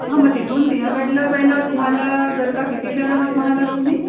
हां मग तिथून सिंहगडला जायला तुम्हाला जर का किती जण आहात म्हणालात तुम्ही